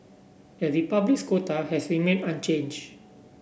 the Republic's quota has remained unchanged